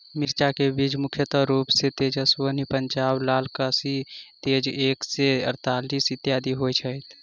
मिर्चा केँ बीज मुख्य रूप सँ तेजस्वनी, पंजाब लाल, काशी तेज एक सै अड़तालीस, इत्यादि होए छैथ?